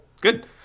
Good